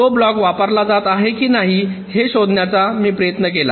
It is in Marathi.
तो ब्लॉक वापरला जात आहे की नाही हे शोधण्याचा मी प्रयत्न केला